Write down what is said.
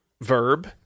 verb